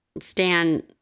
Stan